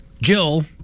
jill